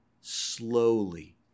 slowly